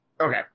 Okay